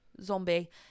zombie